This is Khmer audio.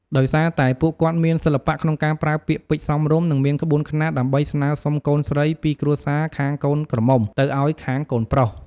ដោយសារតែ ពួកគាត់មានសិល្បៈក្នុងការប្រើពាក្យពេចន៍សមរម្យ និងមានក្បួនខ្នាត ដើម្បីស្នើសុំកូនស្រីពីគ្រួសារខាងកូនក្រមុំទៅឱ្យខាងកូនប្រុស។